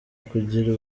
kugira